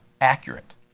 accurate